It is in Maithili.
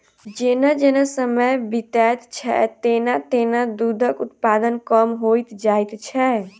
जेना जेना समय बीतैत छै, तेना तेना दूधक उत्पादन कम होइत जाइत छै